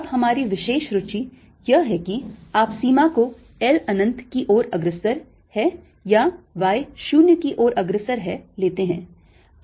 अब हमारी विशेष रुचि यह है कि आप सीमा को L अनंत की ओर अग्रसर है या y 0 की ओर अग्रसर है लेते हैं